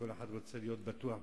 כל אחד רוצה להיות בטוח בעצמו,